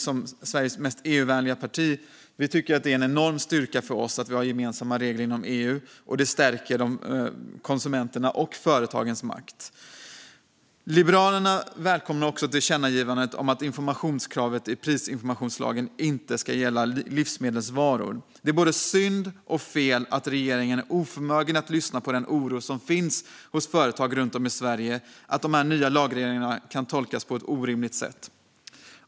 Som Sveriges mest EU-vänliga parti tycker vi att det är en enorm styrka för oss att vi har gemensamma regler inom EU. Det stärker konsumenterna och företagens makt. Liberalerna välkomnar också tillkännagivandet om att informationskravet i prisinformationslagen inte ska gälla livsmedelsvaror. Det är både synd och fel att regeringen är oförmögen att lyssna på den oro som finns hos företagare runt om i Sverige för att de nya lagreglerna kan tolkas på ett orimligt sätt.